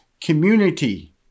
community